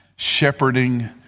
Shepherding